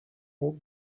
old